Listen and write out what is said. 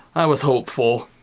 was hopefull.